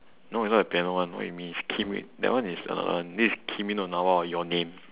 no it's not the piano one what you mean is kimi that one uh this is kimi no na wa or your name